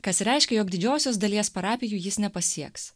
kas reiškia jog didžiosios dalies parapijų jis nepasieks